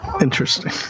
Interesting